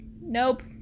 Nope